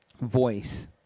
voice